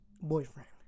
boyfriend